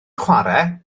chwarae